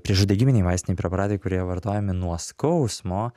priešuždegiminiai vaistiniai preparatai kurie vartojami nuo skausmo